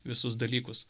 visus dalykus